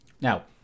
now